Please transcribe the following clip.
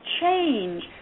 change